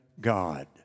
God